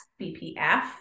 BPF